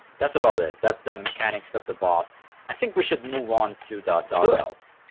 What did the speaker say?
that's about it. that's the mechanics of the boss i think we should move on to the dark elves.